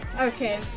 Okay